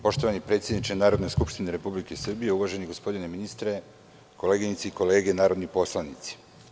Poštovani predsedniče Narodne skupštine Republike Srbije, uvaženi gospodine ministre, koleginice i kolege narodni poslanici.